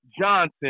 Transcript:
Johnson